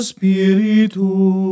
Spiritu